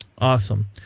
Awesome